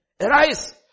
Arise